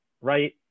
right